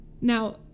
Now